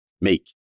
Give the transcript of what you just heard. make